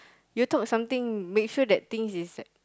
you talk something make sure that things is